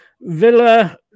Villa